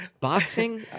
Boxing